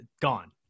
Gone